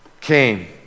came